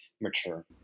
mature